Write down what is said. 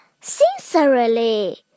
Sincerely